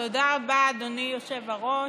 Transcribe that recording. תודה רבה, אדוני היושב-ראש.